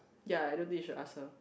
ya I don't think you should ask her